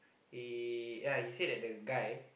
he ya he say that the guy